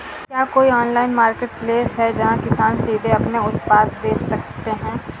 क्या कोई online marketplace है जहाँ किसान सीधे अपने उत्पाद बेच सकते हैं?